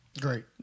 great